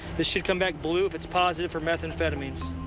this should come back blue if it's positive for methamphetamines.